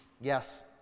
Yes